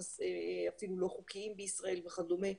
חלקם לא חוקיים בישראל וכדומה,